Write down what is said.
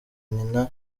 nyina